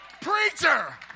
Preacher